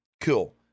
cool